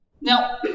Now